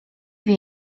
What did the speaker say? wie